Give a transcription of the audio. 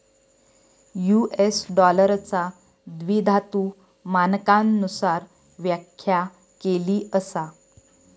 US डॉलरचा द्विधातु मानकांनुसार व्याख्या केली असा